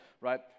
right